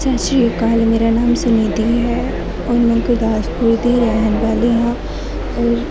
ਸਤਿ ਸ਼੍ਰੀ ਅਕਾਲ ਮੇਰਾ ਨਾਮ ਸੁਨਿਧੀ ਹੈ ਔਰ ਮੈਂ ਗੁਰਦਾਸਪੁਰ ਦੀ ਰਹਿਣ ਵਾਲੀ ਹਾਂ ਔਰ